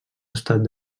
estat